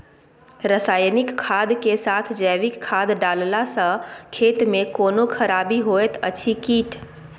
रसायनिक खाद के साथ जैविक खाद डालला सॅ खेत मे कोनो खराबी होयत अछि कीट?